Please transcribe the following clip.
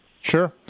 Sure